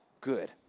Good